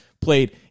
played